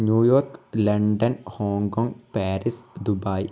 New York London Hong Kong Paris Dubai